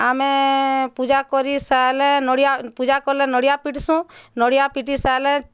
ଆମେ ପୂଜା କରିସାରିଲେ ନଡ଼ିଆ ପୂଜା କଲେ ନଡ଼ିଆ ପିଟସୁଁ ନଡ଼ିଆ ପିଟିସାରିଲେ